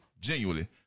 genuinely